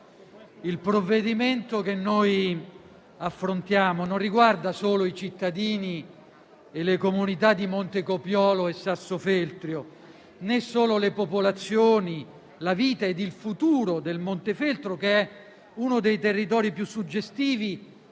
il provvedimento che noi affrontiamo non riguarda solo i cittadini e le comunità di Montecopiolo e Sassofeltrio, né solo le popolazioni, la vita e il futuro del Montefeltro, che è uno dei territori più suggestivi